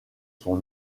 son